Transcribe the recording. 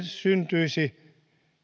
syntyisi